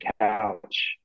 couch